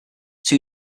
two